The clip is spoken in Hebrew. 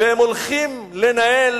והם הולכים לנהל